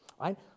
Right